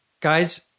guys